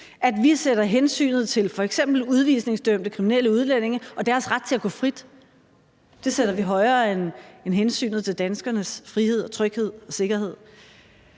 Vi sætter hensynet til f.eks. udvisningsdømte kriminelle udlændinge og deres ret til at gå frit højere end hensynet til danskernes frihed, tryghed og sikkerhed.